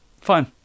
fine